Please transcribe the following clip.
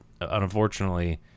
unfortunately